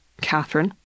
Catherine